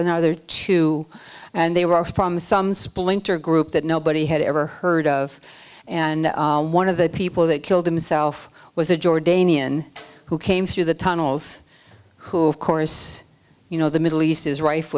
the other two and they were from some splinter group that nobody had ever heard of and one of the people that killed himself was a jordanian who came through the tunnels who of course you know the middle east is rife